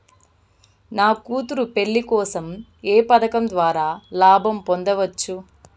నా కూతురు పెళ్లి కోసం ఏ పథకం ద్వారా లాభం పొందవచ్చు?